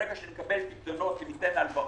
ברגע שנקבל פיקדונות וניתן הלוואות,